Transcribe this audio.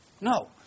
no